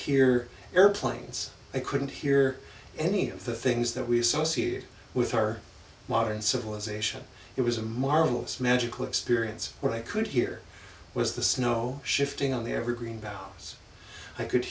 hear airplanes i couldn't hear any of the things that we associate with our modern civilization it was a marvelous magical experience where i could hear was the snow shifting on every green back so i could